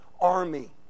army